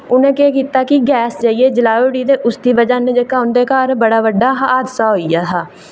उ'नें केह् कीता कि गेैस जाइयै जलाई ओड़ी ते उसदी बजह कन्नै उं'दे घर बड़ा बड्डा हादसा होई गेआ हा